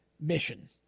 mission